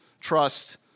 Trust